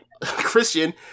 Christian